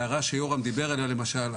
ההערה שיורם דיבר עליה למשל,